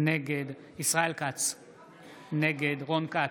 נגד ישראל כץ, נגד רון כץ,